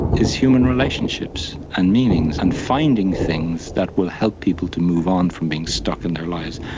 is human relationships and meanings and finding things that will help people to move on from being stuck in their lives,